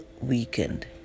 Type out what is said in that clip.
weekend